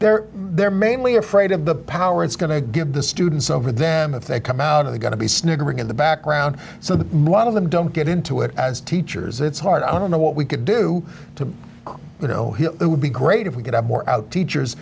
they're they're mainly afraid of the power it's going to give the students over them if they come out of the going to be snickering in the background so the lot of them don't get into it as teachers it's hard i don't know what we could do to you know it would be great if we could have more out teachers